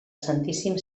santíssim